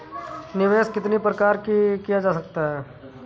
निवेश कितनी प्रकार से किया जा सकता है?